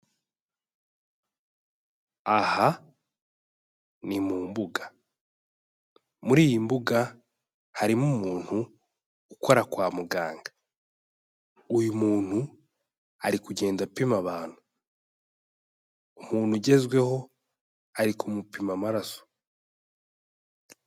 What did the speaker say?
Aha ni mu mbuga, muri iyi mbuga harimo umuntu ukora kwa muganga, uyu muntu ari kugenda apima abantu, umuntu ugezweho ari kumupima amaraso.